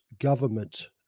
government